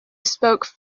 spoke